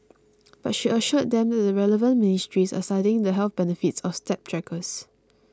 but she assured them that the relevant ministries are studying the health benefits of step trackers